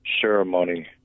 ceremony